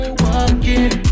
walking